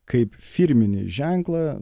kaip firminį ženklą